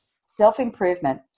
self-improvement